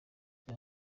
bya